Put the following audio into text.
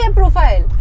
profile